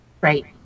right